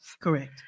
correct